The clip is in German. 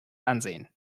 ansehen